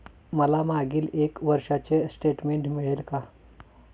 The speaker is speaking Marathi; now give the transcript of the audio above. मला मागील एक वर्षाचे स्टेटमेंट मिळेल का?